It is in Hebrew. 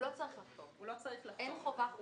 הוא לא צריך לחתום.